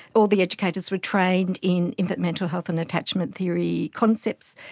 all the educators were trained in infant mental health and attachment theory concepts.